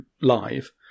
live